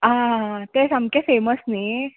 आं तें सामकें फेमस न्हय